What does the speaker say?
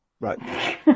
Right